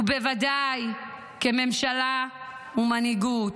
ובוודאי כממשלה ומנהיגות.